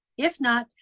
if not,